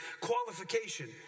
qualification